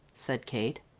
said kate.